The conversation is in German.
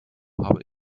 habe